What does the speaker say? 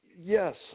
yes